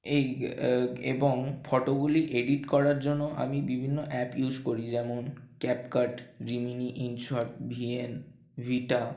এই এবং ফটোগুলি এডিট করার জন্য আমি বিভিন্ন অ্যাপ ইউজ করি যেমন CapCut Remini InShot V N ভিটা